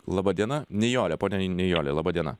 laba diena nijolė ponia nijolė laba diena